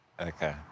Okay